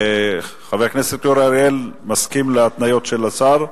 חבר הכנסת אורי אריאל, מסכים להתניות של השר?